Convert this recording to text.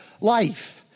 life